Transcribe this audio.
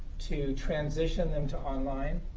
to transition them to online,